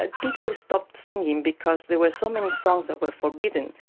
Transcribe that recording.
ah people stopped singing because there were so many songs that were forbidden,